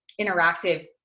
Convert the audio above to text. interactive